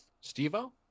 Steve-O